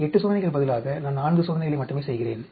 8 சோதனைகளுக்கு பதிலாக நான் 4 சோதனைகளை மட்டுமே செய்கிறேன்